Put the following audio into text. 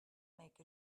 make